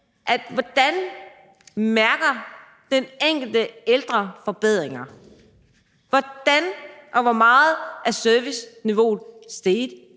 hvordan mærker den enkelte ældre forbedringer; hvordan og hvor meget er serviceniveauet steget